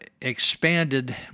expanded